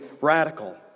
radical